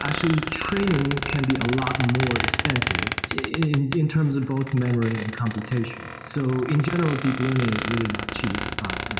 actually, training can be a lot more expensive in in terms of both memory and computation. so in general, deep learning is really not cheap,